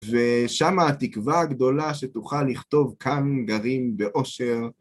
ושמה התקווה הגדולה שתוכל לכתוב כאן גרים באושר.